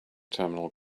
terminal